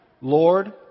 Lord